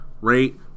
rate